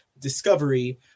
discovery